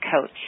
coach